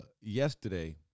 yesterday